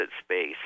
space